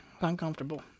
uncomfortable